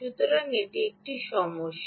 সুতরাং এটি একটি সমস্যা